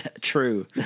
true